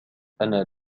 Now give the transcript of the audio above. أنا